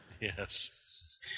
Yes